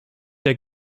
der